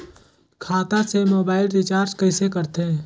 खाता से mobile recharge कइसे करथे